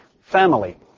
family